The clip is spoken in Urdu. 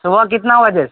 صبح کتنا بجے